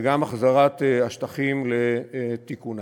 וגם החזרת השטחים לתיקונם.